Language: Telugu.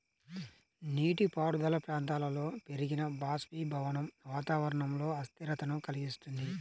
నీటిపారుదల ప్రాంతాలలో పెరిగిన బాష్పీభవనం వాతావరణంలో అస్థిరతను కలిగిస్తుంది